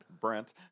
Brent